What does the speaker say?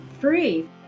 free